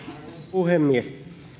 puhemies